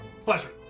Pleasure